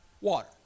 water